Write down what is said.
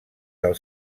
del